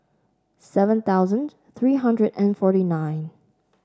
seven thousand three hundred and forty nine